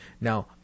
Now